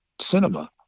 cinema